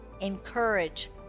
encourage